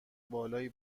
بالایی